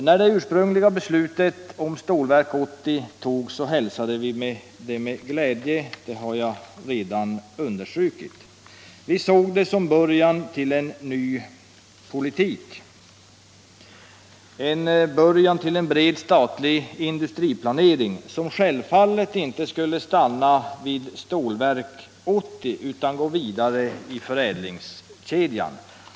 När det ursprungliga beslutet om Stålverk 80 fattades hälsade vi det med glädje — det har jag redan understrukit. Vi såg det som början till en ny politik, en början till en bred statlig industriplanering, som självfallet inte skulle stanna vid Stålverk 80 utan gå vidare i förädlingskedjan.